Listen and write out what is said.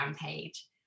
page